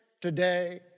today